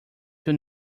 too